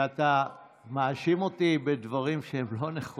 אצל שירלי פינטו מדברים בשפת